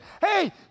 hey